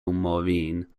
moraine